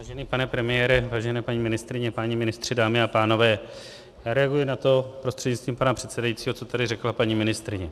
Vážený pane premiére, vážené paní ministryně, páni ministři, dámy a pánové, reaguji prostřednictvím pana předsedajícího na to, co tady řekla paní ministryně.